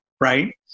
right